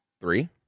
Three